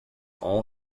all